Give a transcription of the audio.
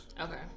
Okay